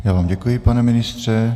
Já vám děkuji, pane ministře.